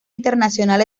internacional